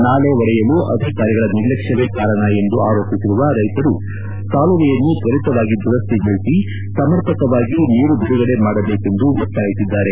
ನಾಲೆ ಒಡೆಯಲು ಅಧಿಕಾರಿಗಳ ನಿರ್ಲಕ್ಷ್ಮವೇ ಕಾರಣ ಎಂದು ಆರೋಪಿಸಿರುವ ರೈತರು ಕಾಲುವೆಯನ್ನು ತ್ವರಿತವಾಗಿ ದುರಸ್ತಿಗೊಳಸಿ ಸಮರ್ಪಕವಾಗಿ ನೀರು ಬಿಡುಗಡೆ ಮಾಡಬೇಕೆಂದು ಒತ್ತಾಯಿಸಿದ್ದಾರೆ